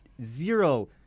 zero –